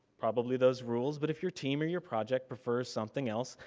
probably those rules, but if your team or your project prefers something else,